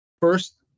First